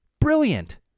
Brilliant